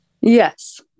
Yes